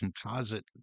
composite